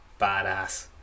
Badass